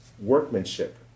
workmanship